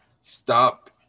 stop